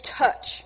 touch